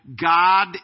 God